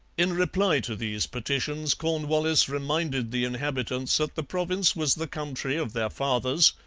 in reply to these petitions cornwallis reminded the inhabitants that the province was the country of their fathers,